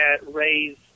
raise